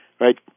right